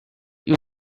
you